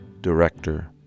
director